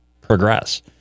progress